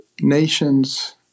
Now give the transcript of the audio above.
nations